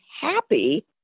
happy